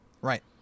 Right